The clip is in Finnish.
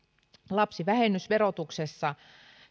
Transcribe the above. lapsivähennys verotuksessa